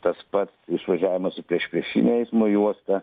tas pats išvažiavimas į priešpriešinę eismo juostą